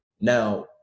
Now